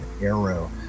arrow